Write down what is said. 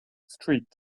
street